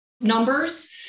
numbers